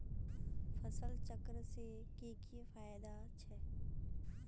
फसल चक्र से की की फायदा छे?